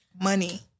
Money